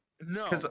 No